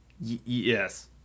Yes